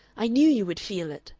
i knew you would feel it,